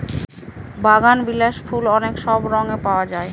বাগানবিলাস ফুল অনেক সব রঙে পাওয়া যায়